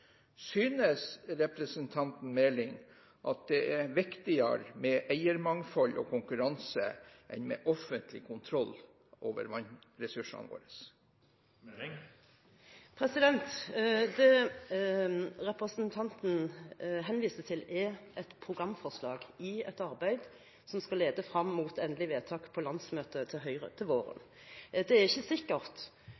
Synes representanten Meling at det er viktigere med eiermangfold og konkurranse enn med offentlig kontroll over vannressursene våre? Det representanten henviser til, er et programforslag i et arbeid som skal lede frem mot endelig vedtak på landsmøtet til Høyre til våren.